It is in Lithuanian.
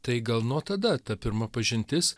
tai gal nuo tada ta pirma pažintis